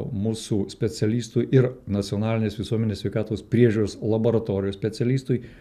mūsų specialistui ir nacionalinės visuomenės sveikatos priežiūros laboratorijos specialistui